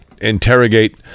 interrogate